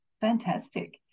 Fantastic